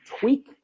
tweak